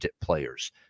players